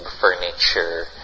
furniture